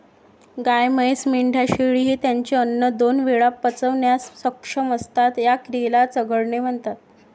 गाय, म्हैस, मेंढ्या, शेळी हे त्यांचे अन्न दोन वेळा पचवण्यास सक्षम असतात, या क्रियेला चघळणे म्हणतात